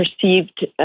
perceived